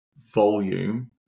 volume